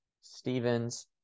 Stevens